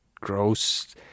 gross